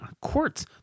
quartz